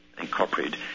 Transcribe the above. incorporated